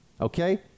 Okay